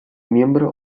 miembro